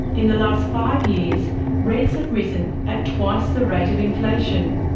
in the last five years rents have risen at twice the rate of inflation.